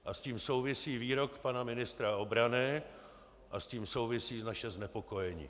A s tím souvisí výrok pana ministra obrany a s tím souvisí naše znepokojení.